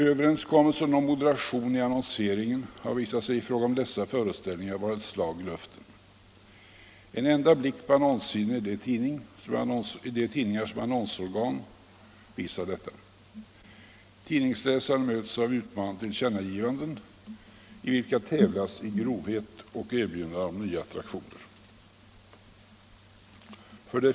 Överenskommelsen om moderation i annonseringen har visat sig i fråga om dessa föreställningar vara ett slag i luften. En enda blick på annonssidorna i de tidningar som är annonsorgan för föreställningarna visar detta. Tidningsläsaren möts av utmanande tillkännagivanden, i vilka tävlas i grovhet och i erbjudande av nya attraktioner. 4.